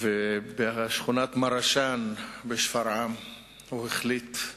ובשכונת מרשאן בשפרעם הוא החליט,